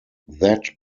that